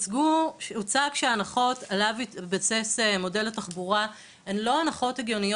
הוצג שההנחות שעליהן יתבסס מודל התחבורה הן לא הנחות משמעותיות